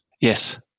Yes